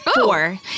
four